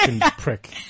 prick